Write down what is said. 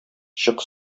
чык